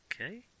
Okay